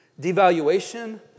devaluation